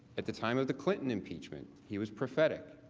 at the time of the clinton impeachment he was prophetic,